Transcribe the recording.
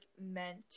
meant